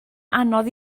anodd